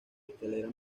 escalera